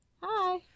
Hi